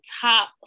top